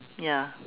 ya